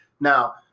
Now